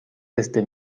desde